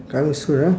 coming soon ah